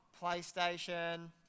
playstation